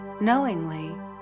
knowingly